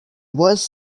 was